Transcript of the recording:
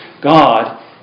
God